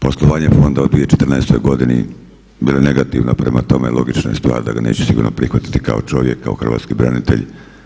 Poslovanje fonda u 2014. godini bilo je negativno, prema tome logična je stvar da ga neću sigurno prihvatiti kao čovjek, kao hrvatski branitelj.